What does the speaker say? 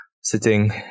sitting